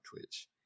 twitch